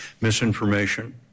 Misinformation